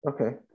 Okay